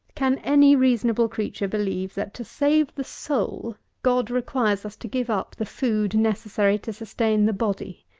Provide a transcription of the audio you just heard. can any reasonable creature believe, that, to save the soul, god requires us to give up the food necessary to sustain the body?